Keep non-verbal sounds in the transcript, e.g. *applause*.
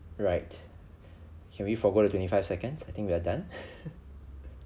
right can we forgo the twenty five seconds I think we are done *laughs*